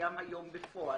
הקיים היום בפועל.